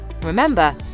Remember